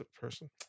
person